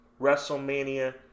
WrestleMania